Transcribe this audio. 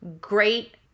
great